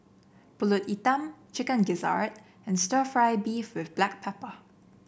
pulut Hitam Chicken Gizzard and stir fry beef with Black Pepper